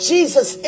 Jesus